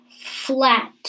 flat